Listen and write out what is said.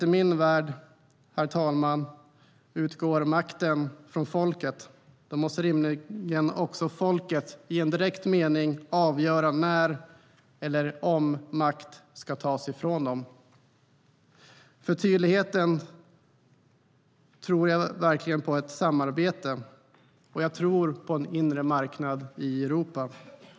I min värld, herr talman, utgår makten från folket. Då måste rimligen också folket i direkt mening avgöra när eller om makt ska tas ifrån dem. Jag vill vara tydlig med att jag verkligen tror på ett samarbete och på en inre marknad i Europa.